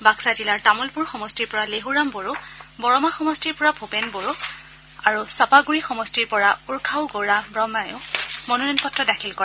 বাক্সা জিলাৰ তামুলপূৰ সমষ্টিৰ পৰা লেহুৰাম বড়ো বৰমা সমষ্টিৰ পৰা ভূপেন বড়ো আৰু ছাপাগুৰি সমষ্টিৰ পৰা উৰ্খাও গৌৰা ব্ৰহ্মইও মনোনয়ন পত্ৰ দাখিল কৰে